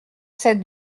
sept